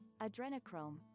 adrenochrome